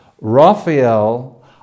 Raphael